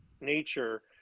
nature